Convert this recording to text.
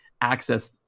access